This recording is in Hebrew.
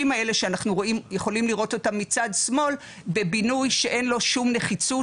האלה שאנחנו יכולים לראות אותם מצד שמאל בבינוי שאין לו שום נחיצות,